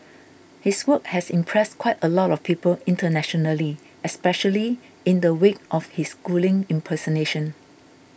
his work has impressed quite a lot of people internationally especially in the wake of his Schooling impersonation